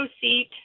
seat